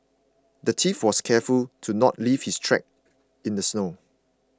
the thief was careful to not leave his track in the snow